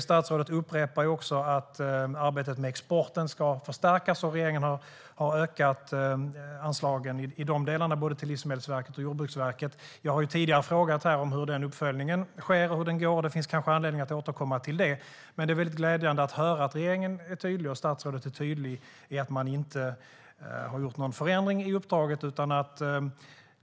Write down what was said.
Statsrådet upprepar också att arbetet med exporten ska förstärkas, och där har regeringen ökat anslagen till både Livsmedelsverket och Jordbruksverket. Jag har tidigare frågat här hur den uppföljningen går, och det finns kanske anledning att återkomma till det. Men det är väldigt glädjande att höra att regeringen och statsrådet är tydliga med att man inte har gjort någon förändring i uppdraget.